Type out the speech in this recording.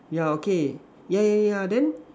yeah okay yeah yeah yeah then